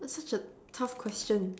that's such a tough question